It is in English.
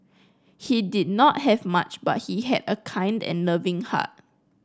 he did not have much but he had a kind and loving heart